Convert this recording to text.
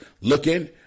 looking